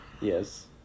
Yes